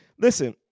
Listen